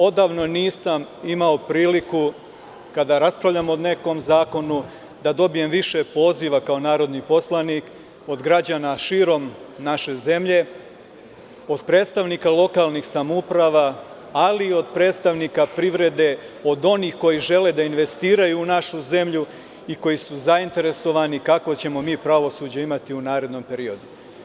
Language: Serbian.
Odavno nisam imao priliku, kada raspravljamo o nekom zakonu, da dobijem više poziva kao narodni poslanik od građana širom naše zemlje, od predstavnika lokalnih samouprava, ali i od predstavnika privrede, od onih koji žele da investiraju u našu zemlju i koji su zainteresovani kakvo ćemo mi pravosuđe imati u narednom periodu.